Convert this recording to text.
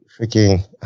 freaking